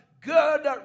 good